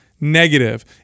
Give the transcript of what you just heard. negative